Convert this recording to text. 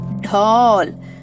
Doll